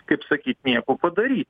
kaip sakyt nieko padaryt